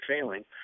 failing